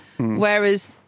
Whereas